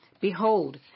Behold